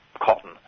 cotton